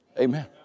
Amen